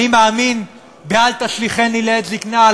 אני מאמין ב"אל תשליכני לעת זיקנה".